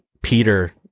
Peter